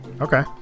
okay